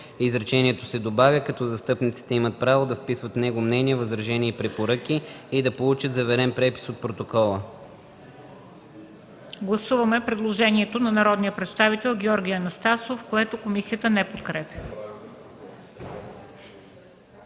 изречението се добавя: „като застъпниците имат право да вписват в него мнения, възражения и препоръки и да получат заверен препис от протокола”.” ПРЕДСЕДАТЕЛ МЕНДА СТОЯНОВА: Гласуваме предложението на народния представител Георги Анастасов, което комисията не подкрепя.